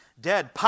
dead